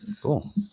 cool